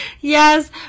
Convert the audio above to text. Yes